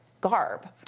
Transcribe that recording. garb